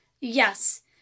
Yes